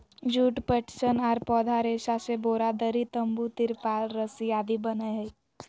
जुट, पटसन आर पौधा रेशा से बोरा, दरी, तंबू, तिरपाल रस्सी आदि बनय हई